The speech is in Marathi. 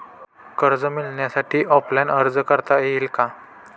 कर्ज मिळण्यासाठी ऑफलाईन अर्ज करता येईल का?